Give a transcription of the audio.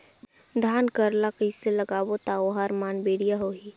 धान कर ला कइसे लगाबो ता ओहार मान बेडिया होही?